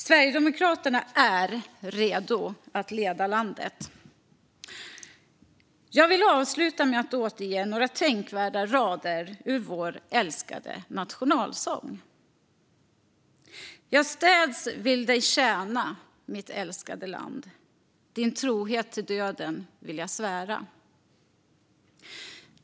Sverigedemokraterna är redo att leda landet. Jag vill avsluta med att återge några tänkvärda rader ur vår älskade nationalsång. Jag städs vill dig tjäna, mitt älskade landdin trohet till döden vill jag svära.